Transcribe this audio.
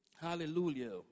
Hallelujah